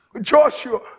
Joshua